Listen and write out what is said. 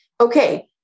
Okay